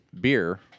beer